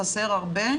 חסר הרבה,